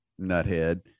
nuthead